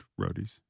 Roadies